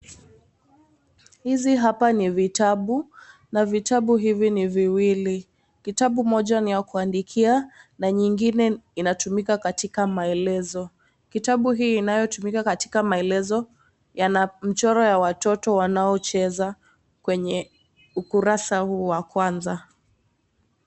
Hizi hapa ni vitabu. Na vitabu hivi ni viwili. Kitabu moja ni ya kuandikia na nyingine inatumika katika maelezo. Kitabu hii inayotumika katika maelezo yana mchoro ya watoto wanaocheza kwenye ukurasa huu wa kwanza.